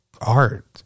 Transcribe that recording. art